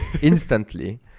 instantly